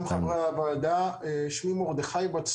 או עומדים לאשר